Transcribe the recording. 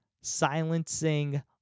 silencing